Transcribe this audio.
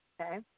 okay